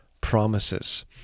promises